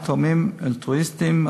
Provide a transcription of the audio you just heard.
מתורמים אלטרואיסטים,